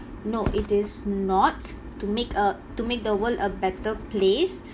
no it is not to make uh to make the world a better place